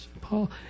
Paul